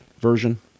version